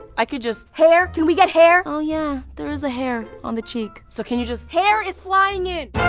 i could just. hair, can we get hair? oh yeah, there is a hair on the cheek. so, can you just? hair is flying in!